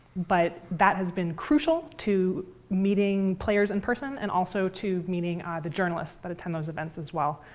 but that has been crucial to meeting players in person and also to meeting the journalists that attend those events as well.